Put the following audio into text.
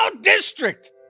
district